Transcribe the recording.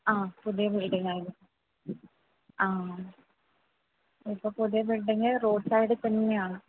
ആ പുതിയ ബില്ഡിങ്ങാണ് ആ ആ ഇപ്പോൾ പുതിയ ബില്ഡിങ്ങ് റോഡ് സൈഡില് തന്നെ ആണ്